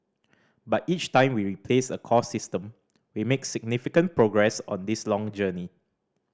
but each time we replace a core system we make significant progress on this long journey